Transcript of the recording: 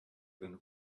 than